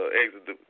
exit